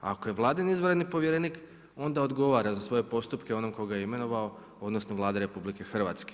Ako je Vladin izvanredni povjerenik, onda odgovara za svoje postupke onom tko ga je imenovao odnosno Vladi RH.